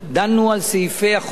דנו על סעיפי החוק.